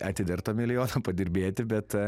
atidirbt tą milijoną padirbėti bet